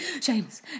James